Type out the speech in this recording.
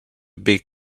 big